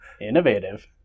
Innovative